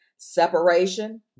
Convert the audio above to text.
Separation